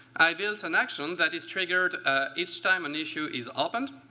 i built an action that is triggered ah each time an issue is opened.